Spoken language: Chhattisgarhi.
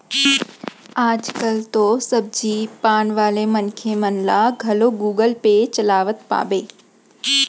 आज कल तो सब्जी पान वाले मनखे मन ल घलौ गुगल पे चलावत पाबे